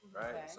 right